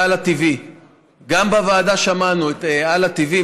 להלא TV. בוועדה שמענו את הלא TV,